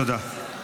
תודה.